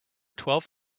twelve